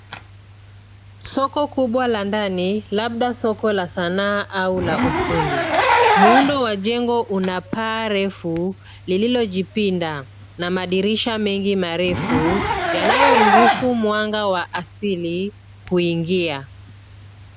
Soko kubwa la ndani labda soko la sanaa au la ufundi. Muundo wa jengo una paa lililojipinda na madirisha mengi marefu yanayoruhusu mwanga wa asili kuingia.